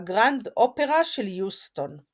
בגראנד אופרה של יוסטון.